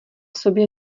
sobě